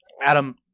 Adam